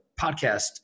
podcast